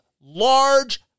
large